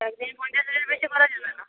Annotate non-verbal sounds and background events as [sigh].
এক [unintelligible] পঞ্চাশ হাজারের বেশি করা যাবে না